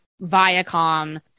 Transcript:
Viacom